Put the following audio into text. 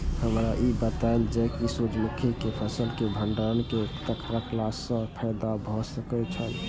हमरा ई बतायल जाए जे सूर्य मुखी केय फसल केय भंडारण केय के रखला सं फायदा भ सकेय छल?